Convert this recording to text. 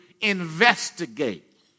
investigate